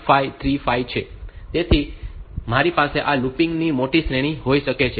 તેથી મારી પાસે આ લૂપિંગ ની મોટી શ્રેણી હોઈ શકે છે